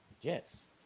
Yes